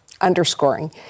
underscoring